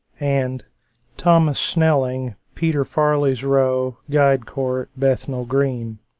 and thomas snelling, peter farley's row, guide court, bethnal green.